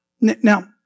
Now